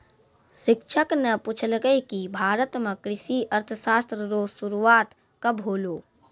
शिक्षक न पूछलकै कि भारत म कृषि अर्थशास्त्र रो शुरूआत कब होलौ